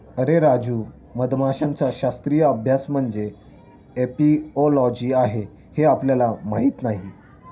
अरे राजू, मधमाशांचा शास्त्रीय अभ्यास म्हणजे एपिओलॉजी आहे हे आपल्याला माहीत नाही